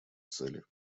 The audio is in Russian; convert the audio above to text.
цели